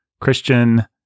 Christian